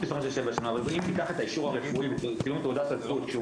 אבל אם ניקח את האישור הרפואי ואת צילום תעודת הזהות כשהוא